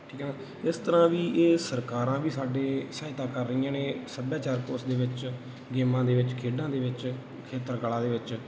ਠੀਕ ਆ ਨਾ ਇਸ ਤਰ੍ਹਾਂ ਵੀ ਇਹ ਸਰਕਾਰਾਂ ਵੀ ਸਾਡੀ ਸਹਾਇਤਾ ਕਰ ਰਹੀਆਂ ਨੇ ਸੱਭਿਆਚਾਰਕ ਉਸ ਦੇ ਵਿੱਚ ਗੇਮਾਂ ਦੇ ਵਿੱਚ ਖੇਡਾਂ ਦੇ ਵਿੱਚ ਖੇਤਰ ਕਲਾ ਦੇ ਵਿੱਚ